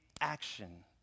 action